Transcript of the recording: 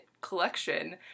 collection